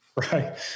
Right